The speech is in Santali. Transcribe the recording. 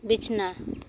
ᱵᱤᱪᱷᱱᱟᱹ